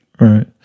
Right